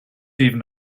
even